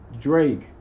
drake